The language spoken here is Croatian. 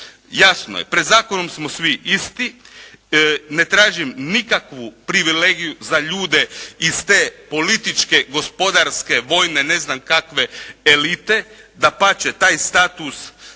Jasno je pred zakonom smo svi isti. Ne tražim nikakvu privilegiju za ljude iz te političke, gospodarske, vojne, ne znam kakve elite. Dapače taj status